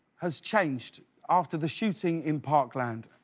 has changed after the shooting in parkland.